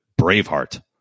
Braveheart